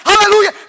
Hallelujah